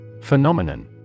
Phenomenon